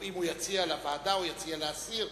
אם הוא יציע לוועדה או יציע להסיר,